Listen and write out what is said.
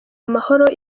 amahoro